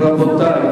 רבותי,